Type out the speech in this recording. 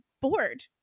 bored